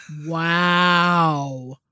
Wow